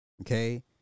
Okay